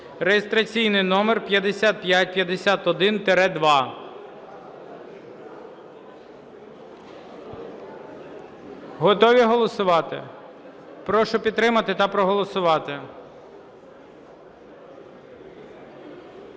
(реєстраційний номер 5551-2). Готові голосувати? Прошу підтримати та проголосувати.